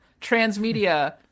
transmedia